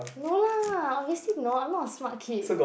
no lah obviously not I'm not a smart kid